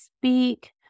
speak